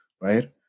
right